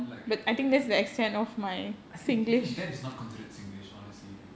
like like ya I think I think that is not considered singlish honestly